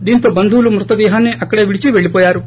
దీంతో బంధువులు మృతదేహాన్ని అక్కడే విడిచి పెళ్ళిపోయారు